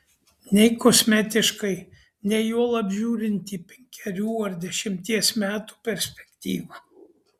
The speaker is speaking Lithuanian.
nei kosmetiškai nei juolab žiūrint į penkerių ar dešimties metų perspektyvą